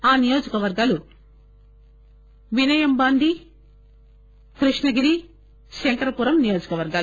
ఆ నియోజకవర్గాలు వినయంబాది కృష్ణగిరి శంకరపురం నియోజకవర్గాలు